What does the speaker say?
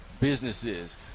businesses